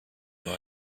nur